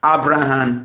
Abraham